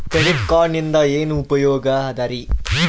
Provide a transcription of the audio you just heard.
Credit ಕಾರ್ಡಿನಿಂದ ಏನು ಉಪಯೋಗದರಿ?